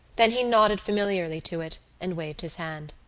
then he nodded familiarly to it and waved his hand.